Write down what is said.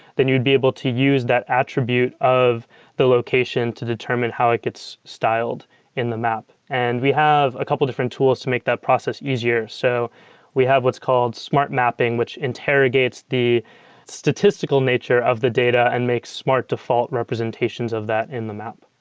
then you'd be able to use that attribute of the location to determine how it gets styled in the map. and we have a couple different tools to make that process easier. so we have what's called smart mapping, which interrogates the statistical nature of the data and makes smart default representations of that in the map